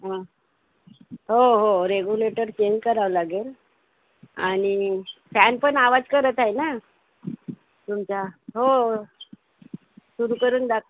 अ हो हो regulator change करावं लागेल आणि फॅन पण आवाज करत आहे ना तुमचा हो हो सुरू करून दाखव